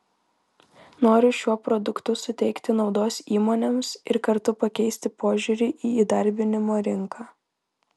noriu šiuo produktu suteikti naudos įmonėms ir kartu pakeisti požiūrį į įdarbinimo rinką